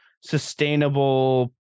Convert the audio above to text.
sustainable